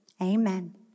amen